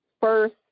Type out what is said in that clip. first